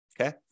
okay